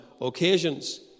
occasions